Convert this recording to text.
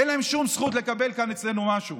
אין להם שום זכות לקבל כאן אצלנו משהו